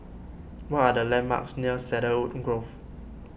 what are the landmarks near Cedarwood Grove